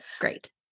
Great